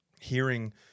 hearing